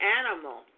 animal